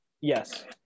yes